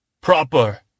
Proper